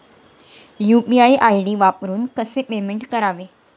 UPI ID वापरून कसे payment करावे?